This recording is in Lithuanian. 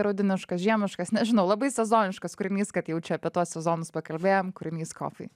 rudeniškas žiemiškas nežinau labai sezoniškas kūrinys kad jau čia apie tuos sezonus pakalbėjom kūrinys coffee